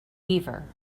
beaver